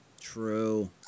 True